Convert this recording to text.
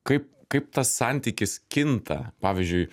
kaip kaip tas santykis kinta pavyzdžiui